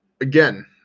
Again